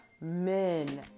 men